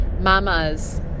mamas